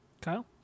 Kyle